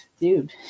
dude